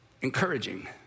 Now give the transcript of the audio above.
encouraging